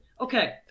Okay